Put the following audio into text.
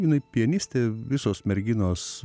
jinai pianistė visos merginos